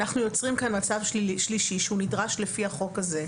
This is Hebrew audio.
אנחנו יוצרים כאן מצב שלישי שהוא נדרש לפי החוק הזה,